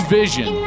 vision